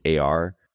AR